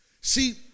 See